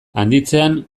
handitzean